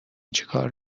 چیکار